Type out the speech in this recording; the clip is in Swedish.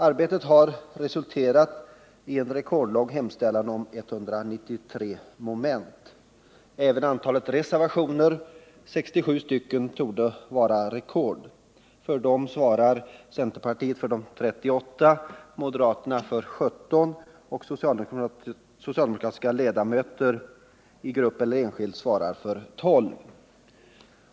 Arbetet har resulterat i en rekordlång hemställan med 193 moment. Även antalet reservationer — 67 stycken — torde vara rekord. Av reservationerna svarar centerpartiet för 38, moderaterna för 17 och socialdemokratiska ledamöter, i grupp eller enskilt, för 12.